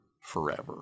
forever